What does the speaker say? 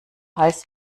heiß